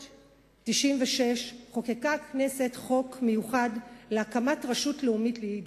בשנת 1996 חוקקה הכנסת חוק מיוחד להקמת רשות לאומית ליידיש.